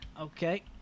Okay